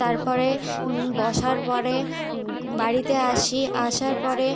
তারপরে বসার পরে বাড়িতে আসি আসার পরে